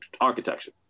architecture